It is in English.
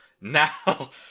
now